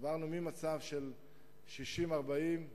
עברנו ממצב של 60 40,